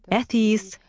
atheists,